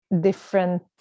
different